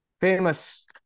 famous